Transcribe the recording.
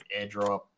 airdrop